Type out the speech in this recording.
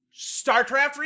starcraft